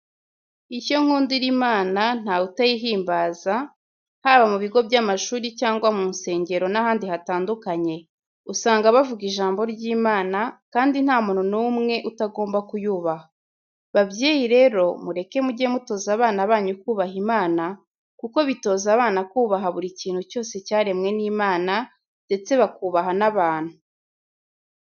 Icyo nkundira Imana ntawe utayihimbaza haba mu bigo by'amashuri cyangwa mu nsengero n'ahandi hatandukanye, usanga bavuga ijambo ry'Imana kandi nta n'umuntu n'umwe utagomba kuyubaha. Babyeyi rero mureke mujye mutoza abana banyu kubaha Imana kuko bitoza abana kubaha buri kintu cyose cyaremwe n'Imana ndetse bakubaha n'abantu.